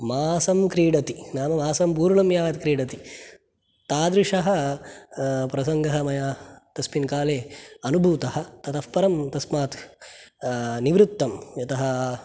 मासं क्रीडति नाम मासं पूर्णं यावत् क्रीडति तादृशः प्रसङ्गः मया तस्मिन् काले अनुभूतः ततः परं तस्मात् निवृत्तं यतः